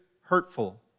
hurtful